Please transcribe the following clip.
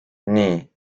nii